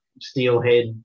steelhead